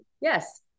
yes